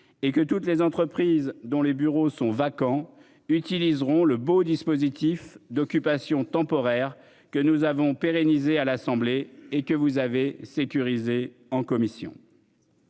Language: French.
et que toutes les entreprises dont les bureaux sont vacants utiliseront le beau dispositif d'occupation temporaire que nous avons pérennisé à l'Assemblée et que vous avez sécurisé en commission.